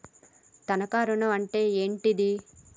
తనఖా ఋణం అంటే ఏంటిది?